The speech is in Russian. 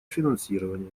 финансирования